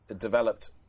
developed